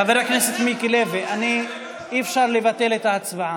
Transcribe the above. חבר הכנסת מיקי לוי, אי-אפשר לבטל את ההצבעה.